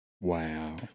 Wow